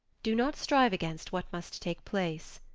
do not strive against what must take place.